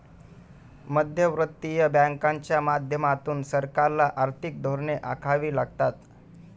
मध्यवर्ती बँकांच्या माध्यमातून सरकारला आर्थिक धोरणे आखावी लागतात